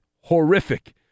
horrific